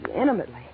intimately